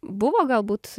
buvo galbūt